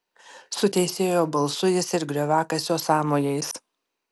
su teisėjo balsu jis ir grioviakasio sąmojais